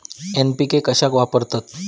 NPK कशाक वापरतत?